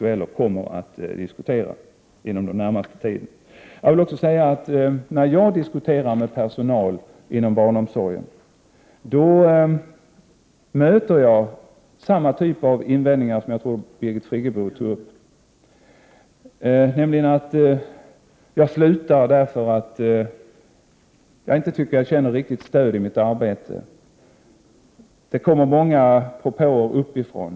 Den frågan kommer vi alltså att diskutera inom den närmaste tiden. När jag diskuterar med personalen inom barnomsorgen möter jag samma typav invändningar som Birgit Friggebo nämnde, nämligen: Jag slutar därför att jag inte känner att jag har ett riktigt stöd i mitt arbete. Det kommer många propåer uppifrån.